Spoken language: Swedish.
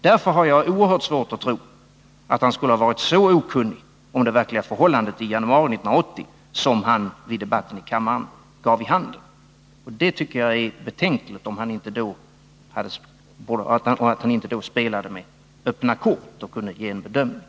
Därför har jag oerhört svårt att tro att han skulle ha varit så okunnig om det verkliga förhållandet i januari 1980 som han vid debatten i kammaren gav vid handen. Jag tycker det är betänkligt, om han då inte spelade med öppna kort och kunde ge sin bedömning.